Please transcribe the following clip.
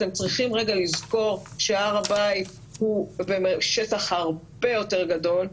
אתם צריכים רגע לזכור שהר הבית הוא שטח הרבה יותר גדול,